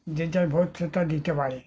যে যার ভোট সে তার দিতে পারে